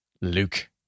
Luke